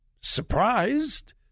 surprised